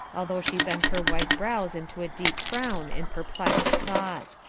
although she bent her white brows into a deep frown in perplexed thought.